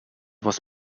was